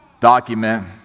document